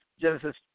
Genesis